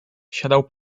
siadał